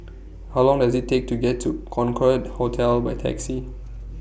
How Long Does IT Take to get to Concorde Hotel By Taxi